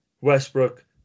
Westbrook